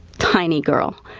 tiny girl.